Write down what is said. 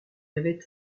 avait